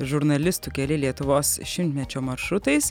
žurnalistų keli lietuvos šimtmečio maršrutais